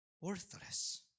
worthless